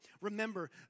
Remember